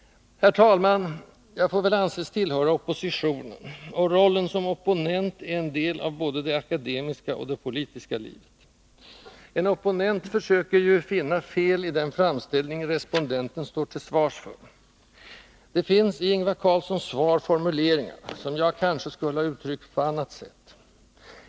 Herr talman! Jag får väl anses tillhöra oppositionen, och rollen som opponent är en del av både det akademiska och det politiska livet. En opponent försöker ju finna fel i den framställning respondenten står till svars för. Det finns i Ingvar Carlssons svar formuleringar som jag kanske skulle ha uttryckt på annat sätt.